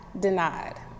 denied